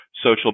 social